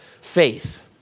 faith